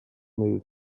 move